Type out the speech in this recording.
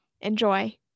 Enjoy